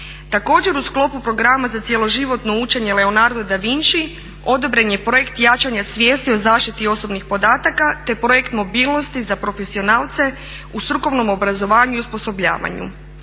Također, u sklopu Programa za cjeloživotno učenje Leonardo da Vinci odobren je projekt jačanja svijesti o zaštiti osobnih podataka te projekt mobilnosti za profesionalce u strukovnom obrazovanju i osposobljavanju.